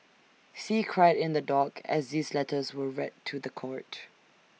see cried in the dock as these letters were read to The Court